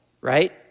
right